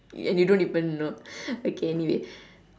and you don't even know okay anyway